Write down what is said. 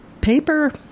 Paper